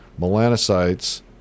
melanocytes